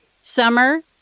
Summer